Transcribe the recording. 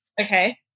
Okay